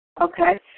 Okay